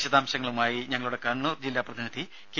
വിശദാംശങ്ങളുമായി ഞങ്ങളുടെ ജില്ലാ പ്രതിനിധി കെ